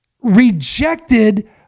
rejected